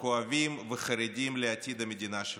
שכואבים וחרדים לעתיד המדינה שלהם.